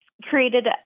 created